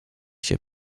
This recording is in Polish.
się